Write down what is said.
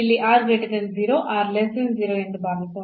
ಇಲ್ಲಿ ಎಂದು ಭಾವಿಸೋಣ